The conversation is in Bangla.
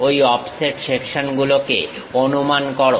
ঐ অফসেট সেকশন গুলোকে অনুমান করো